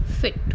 fit